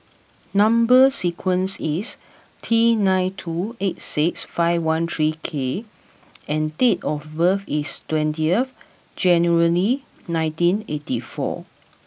number sequence is T nine two eight six five one three K and date of birth is twentieth January nineteen eighty four